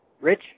Rich